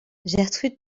gertrude